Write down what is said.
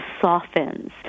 softens